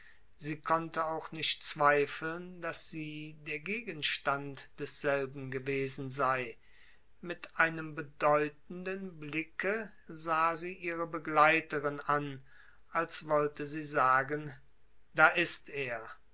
sie konnte auch nicht zweifeln daß sie der gegenstand desselben gewesen sei mit einem bedeutenden blicke sah sie ihre begleiterin an als wollte sie sagen das ist er